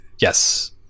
Yes